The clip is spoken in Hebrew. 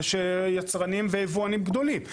יש יצרנים ויבואנים גדולים.